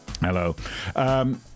Hello